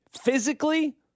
Physically